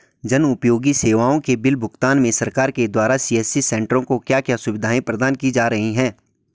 जन उपयोगी सेवाओं के बिल भुगतान में सरकार के द्वारा सी.एस.सी सेंट्रो को क्या क्या सुविधाएं प्रदान की जा रही हैं?